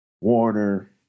Warner